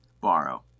Borrow